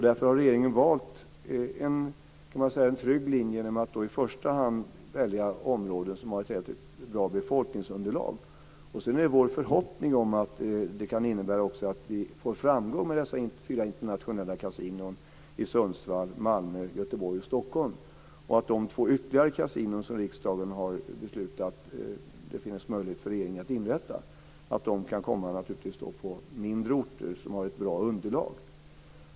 Därför har regeringen valt en trygg linje genom att i första hand välja områden med ett bra befolkningsunderlag. Sedan är vår förhoppning att det kan bli framgång med fyra internationella kasinon i Sundsvall, Malmö, Göteborg och Stockholm och att de två ytterligare kasinon som riksdagen har beslutat att det finns möjlighet för regeringen att inrätta kan komma på mindre orter med bra underlag.